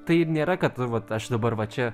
tai ir nėra kad vat aš dabar va čia